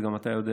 וגם אתה יודע,